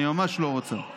אני ממש לא רוצה.